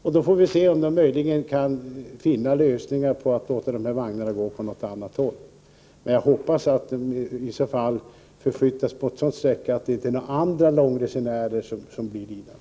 Sedan får vi se om SJ kan finna någon lösning på problemen och låta de här vagnarna gå på något annat håll. Om detta sker hoppas jag emellertid att inte några andra långresenärer skall bli lidande.